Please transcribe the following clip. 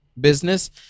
business